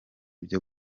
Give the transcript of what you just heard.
byo